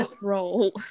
roll